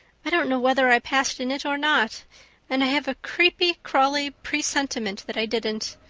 i don't know whether i passed in it or not and i have a creepy, crawly presentiment that i didn't.